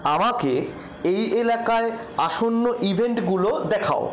আমাকে এই এলাকায় আসন্ন ইভেন্টগুলো দেখাও